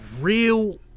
real